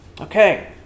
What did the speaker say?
Okay